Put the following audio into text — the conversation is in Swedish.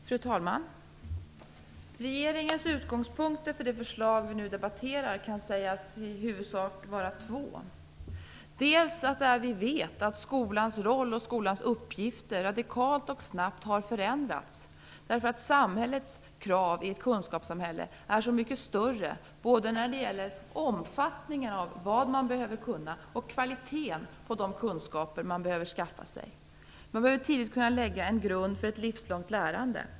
Fru talman! Regeringens utgångspunkter för det förslag som vi nu debatterar kan i huvudsak sägas vara två. Den första utgångspunkten är att vi vet att skolans roll och skolans uppgifter radikalt och snabbt har förändrats därför att samhällets krav i ett kunskapssamhälle är så mycket större både när det gäller omfattningen av vad man behöver kunna och kvaliteten på de kunskaper som man behöver skaffa sig. Man behöver tidigt kunna lägga en grund för ett livslångt lärande.